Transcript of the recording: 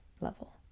level